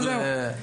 אז זהו.